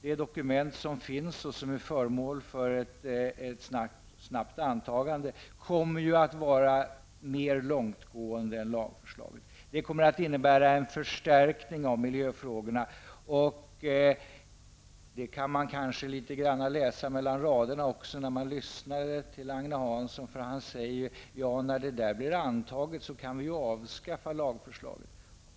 Det dokument som finns och som är föremål för ett snabbt antagande kommer att vara mer långtgående än lagförslaget. Det kommer att innebära förstärkning av miljöfrågorna. Det kan man kanske litet grand läsa mellan raderna också när man lyssnar till Agne Hansson. Han säger att när det blir antaget så kan vi avskaffa lagförslaget.